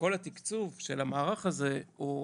כל התקצוב של המערך הזה הוא